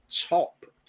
top